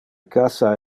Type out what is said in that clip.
cassa